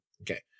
Okay